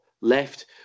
left